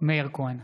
מאיר כהן,